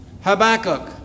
Habakkuk